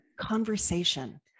conversation